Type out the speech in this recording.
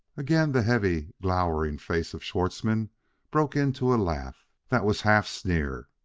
again the heavy, glowering face of schwartzmann broke into a laugh that was half sneer.